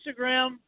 Instagram